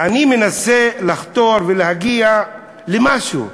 אני מנסה לחתור ולהגיע למשהו.